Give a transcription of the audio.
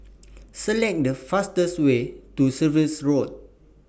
Select The fastest Way to Surrey Road